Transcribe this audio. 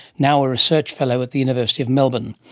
now a research fellow at the university of melbourne.